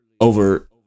over